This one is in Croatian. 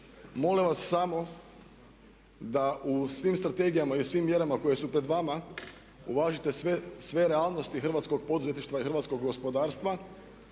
Molim vas samo da u svim strategijama i u svim mjerama koje su pred vama uvažite sve realnosti hrvatskog poduzetništva i hrvatskog gospodarstva